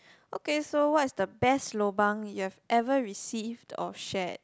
okay so what's the best lobang you have ever received or shared